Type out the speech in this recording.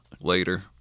later